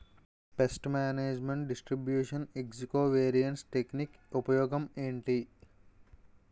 paste management distribution ఏజ్జి covariance technique ఉపయోగం ఏంటి